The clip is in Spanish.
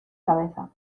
cabeza